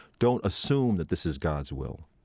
don't assume that this is god's will.